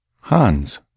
Hans